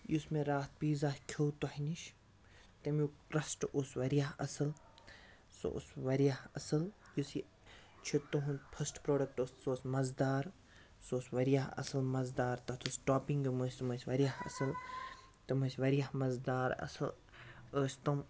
یُس مےٚ راتھ پیٖزا کھیوٚو تۄہہِ نِش تَمیُک کرٛسٹ اوس واریاہ اَصٕل سُہ اوس واریاہ اَصٕل یُس یہِ چھِ تُہُنٛد فٕسٹ پرٛوڈَکٹ اوس سُہ اوس مَزٕدار سُہ اوس واریاہ اَصٕل مَزٕدار تَتھ اوس ٹاپِںٛگ یِم ٲسۍ تِم ٲسۍ واریاہ اَصٕل تِم ٲسۍ واریاہ مَزٕدار اَصٕل ٲسۍ تِم